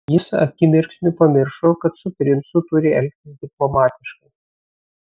jis akimirksniu pamiršo kad su princu turi elgtis diplomatiškai